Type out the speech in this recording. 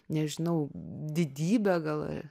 nežinau didybę gal